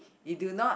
you do not